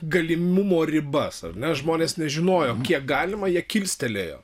galimumo ribas ar ne žmonės nežinojo kiek galima jie kilstelėjo